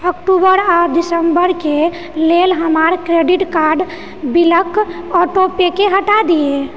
अक्टूबर आ दिसंबर के लेल हमर क्रेडिट कार्ड बिलक आँटोपेकेँ हटा दिऐ